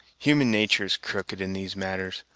human nature' is crooked in these matters.